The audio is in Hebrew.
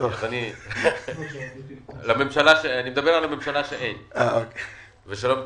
אני מדבר על הממשלה שאין ושלא מתפקדת.